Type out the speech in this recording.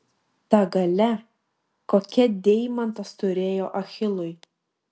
ta galia kokią deimantas turėjo achilui